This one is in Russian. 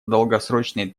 долгосрочной